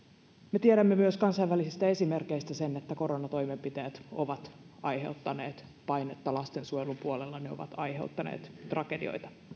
me tiedämme myös kansainvälisistä esimerkeistä sen että koronatoimenpiteet ovat aiheuttaneet painetta lastensuojelun puolella ne ovat aiheuttaneet tragedioita